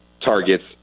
targets